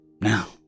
Now